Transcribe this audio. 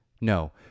no